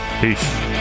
Peace